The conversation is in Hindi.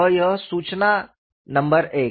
वह है सूचना नंबर एक